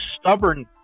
stubborn